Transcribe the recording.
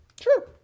Sure